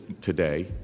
today